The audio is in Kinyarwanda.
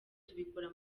tubikora